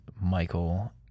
Michael